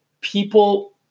People